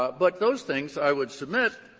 but but those things, i would submit,